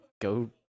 go